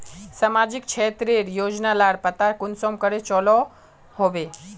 सामाजिक क्षेत्र रेर योजना लार पता कुंसम करे चलो होबे?